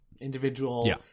individual